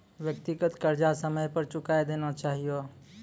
व्यक्तिगत कर्जा समय पर चुकाय देना चहियो